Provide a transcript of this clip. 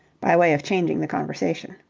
by way of changing the conversation.